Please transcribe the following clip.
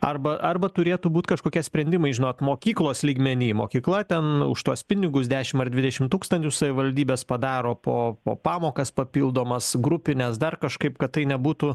arba arba turėtų būt kažkokie sprendimai žinot mokyklos lygmeny mokykla ten už tuos pinigus dešim ar dvidešim tūkstančių savivaldybės padaro po po pamokas papildomas grupines dar kažkaip kad tai nebūtų